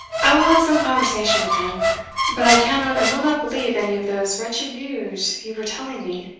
i will have some conversation with him but i cannot and will not believe any of those wretched news you were telling me.